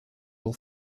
will